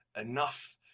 enough